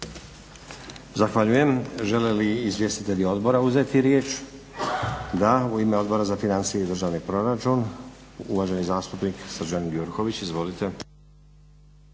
Zahvaljujem. Žele li izvjestitelji Odbora uzeti riječ? Da. U ime Odbora za financije i državni proračun uvaženi zastupnik Srđan Gjurković. Izvolite.